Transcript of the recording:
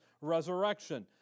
resurrection